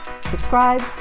Subscribe